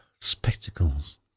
spectacles